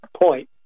point